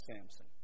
Samson